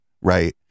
right